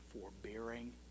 forbearing